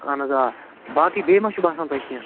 اَہن حظ آ باقٕے بیٚیہِ مہ چھُ باسان تۄہہِ کیٚنٛہہ